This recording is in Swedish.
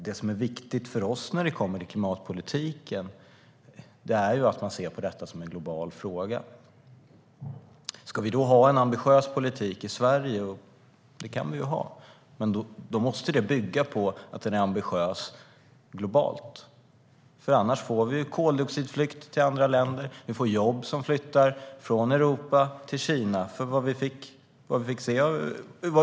Det som är viktigt för oss när det gäller klimatpolitiken är att man ser på det som en global fråga. Om vi ska ha en ambitiös politik i Sverige - det kan vi ha - måste det bygga på att den är ambitiös globalt. Annars får vi koldioxidflykt till andra länder. Vi får jobb som flyttar från Europa till Kina.